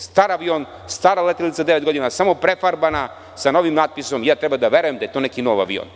Star avion, stara letelica devet godina, samo prefarbana, sa novim natpisom, a ja treba da verujem da je to neki nov avion.